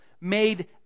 made